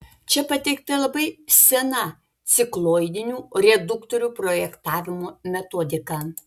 čia pateikta labai sena cikloidinių reduktorių projektavimo metodika